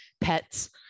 pets